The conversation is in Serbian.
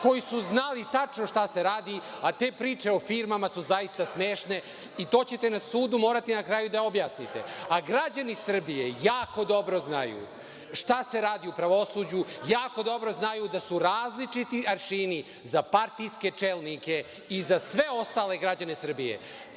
koji su znali tačno šta se radi, a te priče o firmama su zaista smešne i to ćete na sudu morati na kraju da objasnite. Građani Srbije jako dobro znaju šta se radi u pravosuđu. Jako dobro znaju da su različiti aršini za partijske čelnike i za sve ostale građane Srbije.